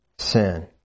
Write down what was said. sin